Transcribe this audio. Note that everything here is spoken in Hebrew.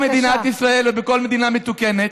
בתוך מדינת ישראל ובכל מדינה מתוקנת,